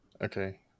Okay